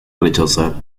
rechazar